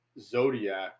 Zodiac